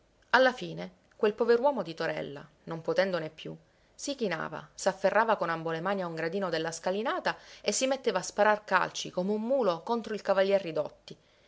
alla fine quel pover'uomo di torella non potendone più si chinava s'afferrava con ambo le mani a un gradino della scalinata e si metteva a sparar calci come un mulo contro il cavalier ridotti